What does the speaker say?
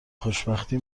خوشبختی